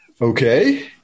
Okay